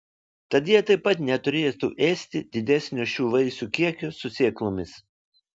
tad jie taip pat neturėtų ėsti didesnio šių vaisių kiekio su sėklomis